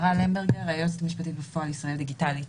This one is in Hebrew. אני היועצת המשפטית בפועל למטה “ישראל דיגיטלית”.